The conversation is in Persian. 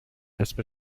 اسم